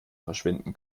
verschwinden